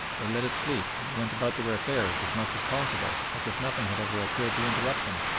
they let it sleep and went about their affairs as much as possible as if nothing had ever occurred to interrupt them.